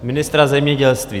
Ministra zemědělství.